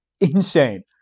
insane